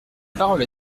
parole